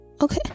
Okay